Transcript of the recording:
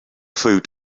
food